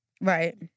Right